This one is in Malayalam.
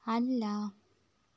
അല്ല